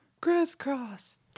crisscross